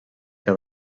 que